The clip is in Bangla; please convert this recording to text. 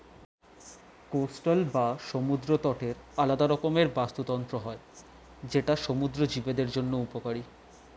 কোস্টাল বা সমুদ্র তটের আলাদা রকমের বাস্তুতন্ত্র হয় যেটা সমুদ্র জীবদের জন্য উপকারী